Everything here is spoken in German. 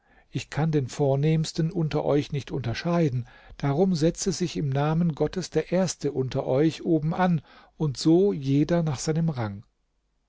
ich kann den vornehmsten unter euch nicht unterscheiden darum setze sich im namen gottes der erste unter euch oben an und so jeder nach seinem rang